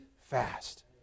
fast